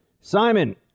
simon